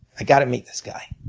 i've got to meet this guy.